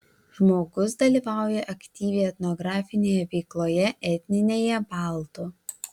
žmogus dalyvauja aktyviai etnografinėje veikloje etninėje baltų